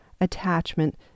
attachment